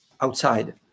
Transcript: outside